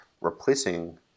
replacing